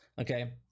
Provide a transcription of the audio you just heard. Okay